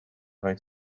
خواید